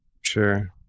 Sure